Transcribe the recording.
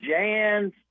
Jans